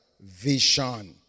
vision